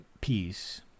peace